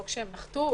לא כשהם נחתו,